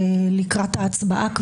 כבר לקראת ההצבעה,